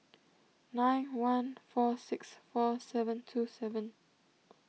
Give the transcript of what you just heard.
nine one four six four seven two seven